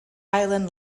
island